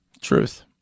Truth